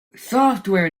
software